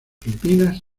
filipinas